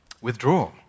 Withdraw